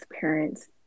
parents